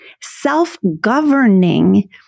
self-governing